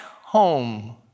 home